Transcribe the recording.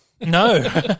No